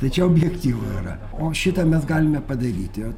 tai čia objektyvu yra o šitą mes galime padaryti